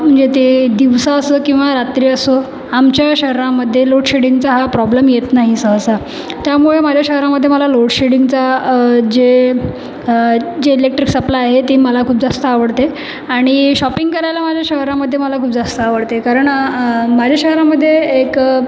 म्हणजे ते दिवसा असो किंवा रात्री असो आमच्या शहरामध्ये लोडशेडिंगचा हा प्रॉब्लेम येत नाही सहसा त्यामुळे माझ्या शहरामध्ये मला लोडशेडिंगचा जे जे इलेक्ट्रिक सप्लाय आहे ते मला खूप जास्त आवडते आणि शॉपिंग करायला माझ्या शहरामध्ये मला खूप जास्त आवडते कारण माझ्या शहरामध्ये एक